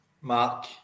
Mark